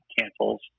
cancels